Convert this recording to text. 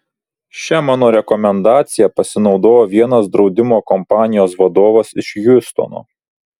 šia mano rekomendacija pasinaudojo vienas draudimo kompanijos vadovas iš hjustono